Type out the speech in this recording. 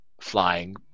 flying